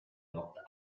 locked